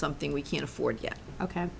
something we can't afford yet ok